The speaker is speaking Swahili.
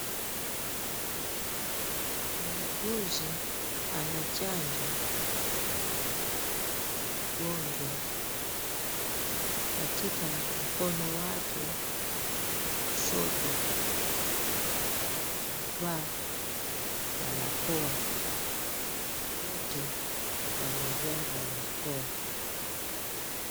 Muuguzi anachanja mgonjwa katika mkono wake wa kushoto. Amevaa barakoa. Wote wamevaa barakoa.